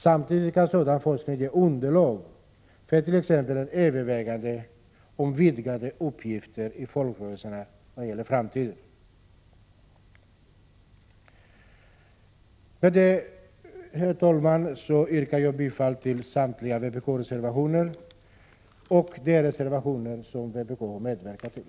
Samtidigt kan sådan forskning ge underlag för t.ex. överväganden om vidgade uppgifter för folkrörelserna i framtiden. Med detta, herr talman, yrkar jag bifall till samtliga vpk-reservationer och till de reservationer som vpk har medverkat till.